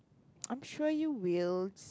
I'm sure you will